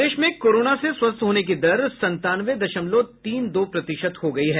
प्रदेश में कोरोना से स्वस्थ होने की दर संतानवे दशमलव तीन दो प्रतिशत हो गई है